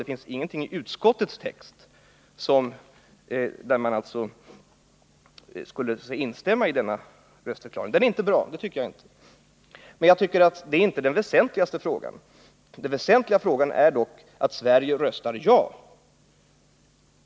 Det finns ingenting i utskottets text som innebär att man skulle instämma i denna röstförklaring. Den är inte bra — det tycker jag inte att den är. Men det är inte den väsentliga frågan. Den väsentliga frågan är att Sverige röstar ja.